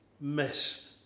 missed